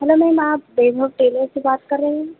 hello ma'am आप Vaibhav Tailor से बात कर रही हैं न